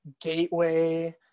gateway